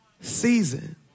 season